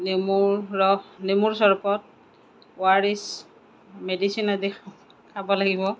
নেমুৰ ৰস নেমুৰ চৰ্বত অ আৰ ইচ মেডিচিন আদি খাব লাগিব